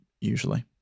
usually